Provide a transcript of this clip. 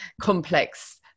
complex